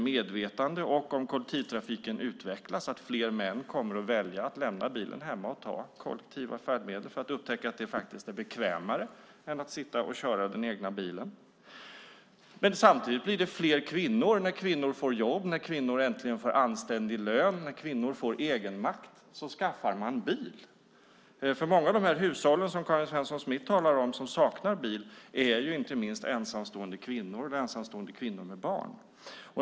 Medvetandet om kollektivtrafiken kommer att utvecklas. Fler män kommer att välja att lämna bilen hemma och ta kollektiva färdmedel när de upptäcker att det är bekvämare än att köra den egna bilen. Samtidigt kommer det att bli det fler kvinnor som skaffar bil när kvinnorna får jobb, äntligen anständig lön och egen makt. Många av de hushåll som Karin Svensson Smith talar om som saknar bil utgörs av ensamstående kvinnor och ensamstående kvinnor med barn.